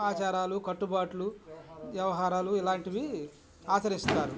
ఆచారాలు కట్టుబాట్లు వ్యవహారాలు ఇలాంటివి ఆచరిస్తారు